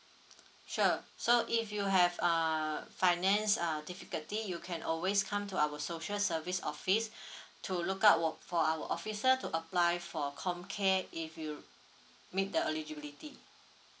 sure so if you have err finance uh difficulty you can always come to our social service office to look out wo~ for our officer to apply for comm care if you meet the eligibility